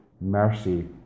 mercy